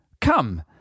come